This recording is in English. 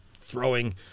throwing